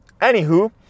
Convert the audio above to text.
Anywho